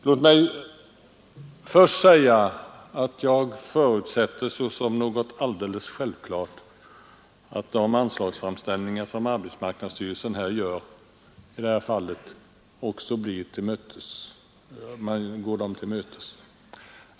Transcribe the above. Låt mig först säga att jag förutsätter såsom alldeles självklart att de anslagsframställningar som arbetsmarknadsstyrelsen gör också kommer att bifallas.